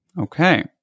Okay